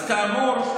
אז כאמור,